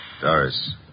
Doris